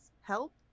help